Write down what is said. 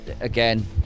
again